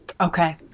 Okay